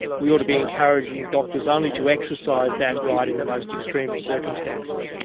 we ought to be encouraging doctors only to exercise that right in the most extreme of circumstances.